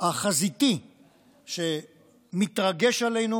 החזיתי שמתרגש עלינו